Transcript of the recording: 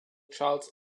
charles